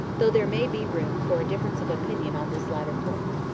though there may be room for a difference of opinion on this latter point.